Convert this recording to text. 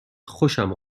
خوشم